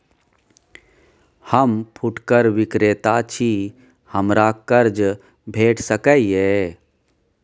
हम फुटकर विक्रेता छी, हमरा कर्ज भेट सकै ये?